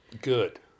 Good